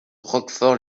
roquefort